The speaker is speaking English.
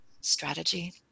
strategy